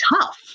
tough